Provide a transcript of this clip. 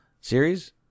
series